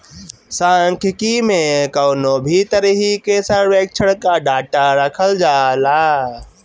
सांख्यिकी में कवनो भी तरही के सर्वेक्षण कअ डाटा रखल जाला